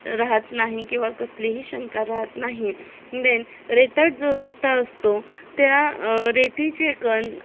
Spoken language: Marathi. राहत नाही किंवा कसलीही शंका राहत नाही देन रेताट जो रस्ता असतो त्या रेतीचे कण